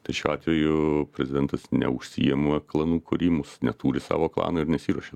tai šiuo atveju prezidentas neužsiima klanų kūrimu neturi savo klano ir nesiruošia